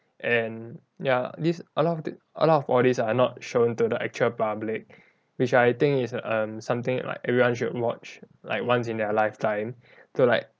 and ya this a lot of a lot of all these are not shown to the actual public which I think it's um something like everyone should watch like once in their lifetime to like